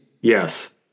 Yes